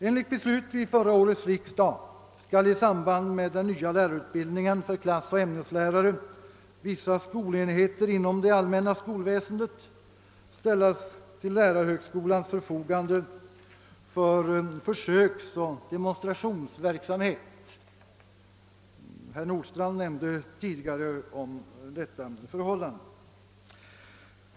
Enligt beslut vid förra årets riksdag skall i samband med den nya lärarutbildningen för klassoch ämneslärare vissa skolenheter inom det allmänna skolväsendet ställas till lärarhögskolans förfogande för försöksoch demonstrationsverksamhet — herr Nordstrandh omnämnde tidigare detta förhållande.